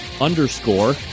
underscore